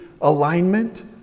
alignment